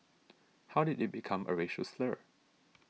how did it become a racial slur